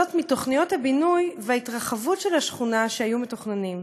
וזאת מתוכניות הבינוי וההתרחבות של השכונה שהיו מתוכננות.